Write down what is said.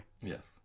Yes